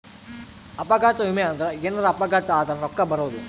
ಅಪಘಾತ ವಿಮೆ ಅಂದ್ರ ಎನಾರ ಅಪಘಾತ ಆದರ ರೂಕ್ಕ ಬರೋದು